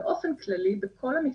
באופן כללי, בכל המקצועות,